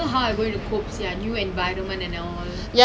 eh they tell me who isn't lah